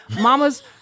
mama's